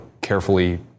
carefully